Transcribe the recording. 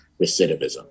recidivism